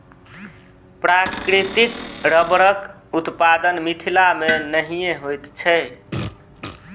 प्राकृतिक रबड़क उत्पादन मिथिला मे नहिये होइत छै